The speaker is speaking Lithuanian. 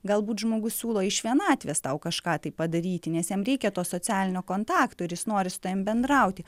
galbūt žmogus siūlo iš vienatvės tau kažką tai padaryti nes jam reikia to socialinio kontakto ir jis nori su tavim bendrauti